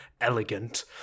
elegant